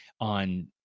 on